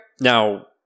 Now